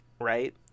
right